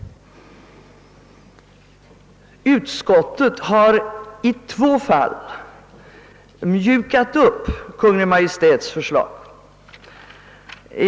Utskottet har i två fall mjukat upp Kungl. Maj:ts förslag.